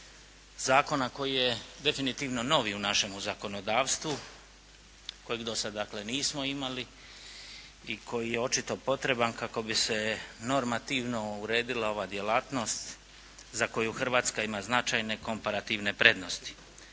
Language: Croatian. zakona koji je definitivno novi u našem zakonodavstvu kojeg do sad, dakle nismo imali i koji je očito potreban kako bi se normativno uredila ova djelatnost za koju Hrvatska ima značajne komparativne prednosti.